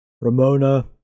Ramona